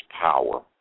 power